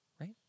right